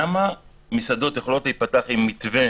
למה מסעדות יכולות להיפתח עם מתווה